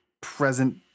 present